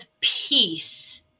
peace